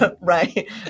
Right